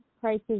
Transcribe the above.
prices